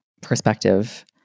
perspective